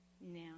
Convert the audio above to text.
now